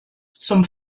zum